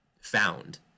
found